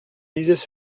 lisaient